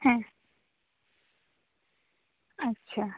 ᱦᱮᱸ ᱟᱪᱪᱷᱟ